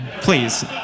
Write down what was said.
Please